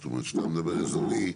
כשאתה מדבר אזורי,